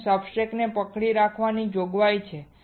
તમારા સબસ્ટ્રેટ્સને પકડી રાખવાની જોગવાઈ છે